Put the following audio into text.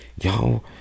yo